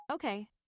Okay